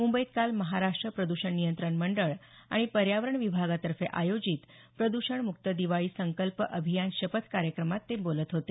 मुंबईत काल महाराष्ट्र प्रद्षण नियंत्रण मंडळ आणि पर्यावरण विभागातर्फे आयोजित प्रद्षण मुक्त दिवाळी संकल्प अभियान शपथ कार्यक्रमात ते बोलत होते